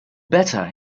better